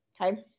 Okay